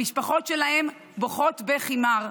המשפחות שלהם בוכות בכי מר,